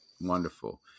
Wonderful